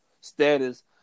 status